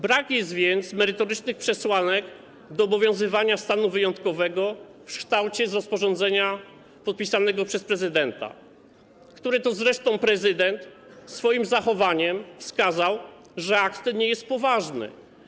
Brak jest więc merytorycznych przesłanek do obowiązywania stanu wyjątkowego w kształcie z rozporządzenia podpisanego przez prezydenta, który to prezydent zresztą swoim zachowaniem wskazał, że akt ten nie jest poważny.